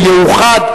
הוא יאוחד,